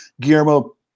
Guillermo